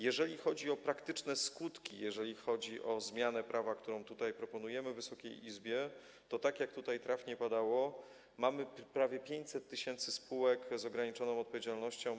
Jeżeli chodzi o praktyczne skutki, jeśli chodzi o zmianę prawa, którą tutaj proponujemy Wysokiej Izbie, to tak jak tutaj trafnie mówiono, mamy prawie 500 tys. spółek z ograniczoną odpowiedzialnością.